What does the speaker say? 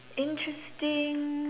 interesting